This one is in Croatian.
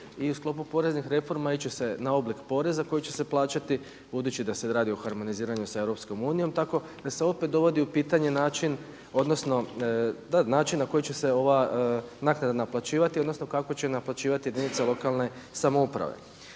i u sklopu poreznih reformi ići će se na oblik poreza koji će se plaćati budući da se radi o harmoniziranju sa EU tako da se opet dovodi u pitanje način odnosno da način na koji će se ova naknada naplaćivati, odnosno kako će naplaćivati jedinice lokalne samouprave.